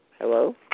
Hello